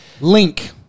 Link